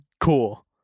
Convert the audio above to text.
cool